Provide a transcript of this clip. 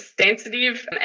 sensitive